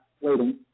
waiting